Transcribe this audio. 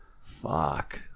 Fuck